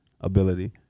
Ability